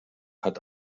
hat